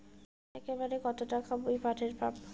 একবারে কত টাকা মুই পাঠের পাম?